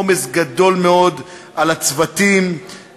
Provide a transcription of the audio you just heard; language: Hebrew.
עומס גדול מאוד על הצוותים,